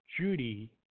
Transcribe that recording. Judy